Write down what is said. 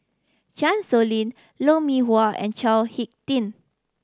Chan Sow Lin Lou Mee Wah and Chao Hick Tin